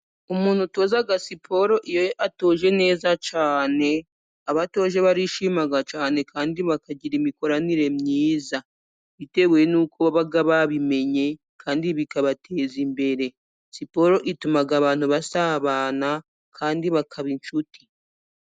Umuntu utozaji siporo iyo atoje neza cyane, abatoje barishima cyane kandi bakagira imikoranire myiza, bitewe n'uko baba babimenye kandi bikabateza imbere. Siporo ituma abantu basabana kandi bakaba inshuti.